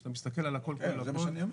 כשאתה מסתכל על הכול כולל הכול,